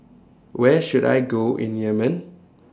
Where should I Go in Yemen